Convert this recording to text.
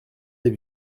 des